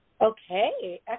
Okay